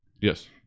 yes